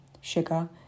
sugar